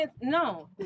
No